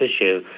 issue